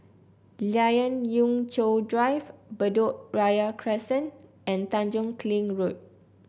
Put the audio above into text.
Lien Ying Chow Drive Bedok Ria Crescent and Tanjong Kling Road